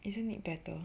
isn't it better